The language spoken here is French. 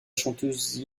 chanteuse